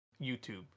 YouTube